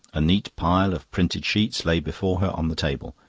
a neat pile of printed sheets lay before her on the table.